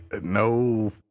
no